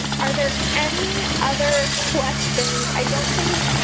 are there any other questions? i don't think